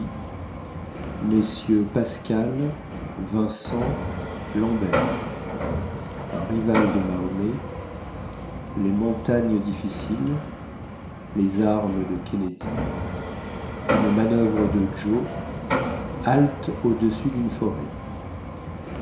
mm pascal vincent lambert un rival de mahomet les montagnes difficiles les armes de kennedy une manuvre de joe halte au-dessus d'un forêt